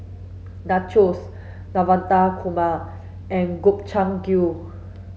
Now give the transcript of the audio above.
Nachos Navratan Korma and Gobchang Gui